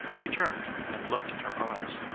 he turned and looked at her eyes.